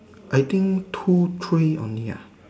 I think two three only ah